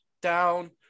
down